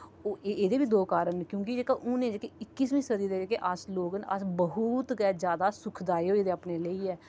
ओह् एह् एह्दे बी दो कारण न क्योंकि जेह्का हून एह् जेह्की इक्कींसवी सदी दे जेह्के अस लोक न अस बौह्त जैदा अस सुखदाई होई दे आपुं गी लेईयै